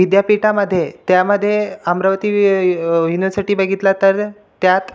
विद्यापीठामध्ये त्यामध्ये अमरावती व्य य युनिव्हर्सिटी बघितली तर त्यात